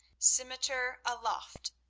scimitar aloft,